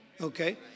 Okay